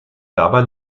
dabei